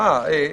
אה,